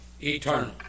eternal